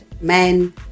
men